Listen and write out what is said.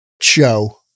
show